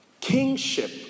kingship